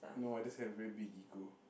no I just have very big ego